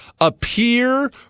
appear